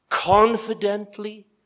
confidently